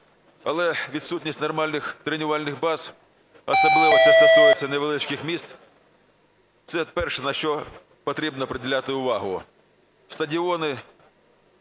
Але відсутність нормальних тренувальних баз, особливо це стосується невеличких міст, це перше, на що потрібно приділяти увагу. Стадіони,